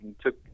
took